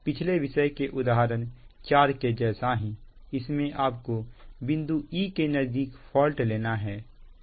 पिछले विषय के उदाहरण 4 के जैसा ही इसमें आपको बिंदु e के नजदीक फॉल्ट लेना है